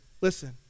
Listen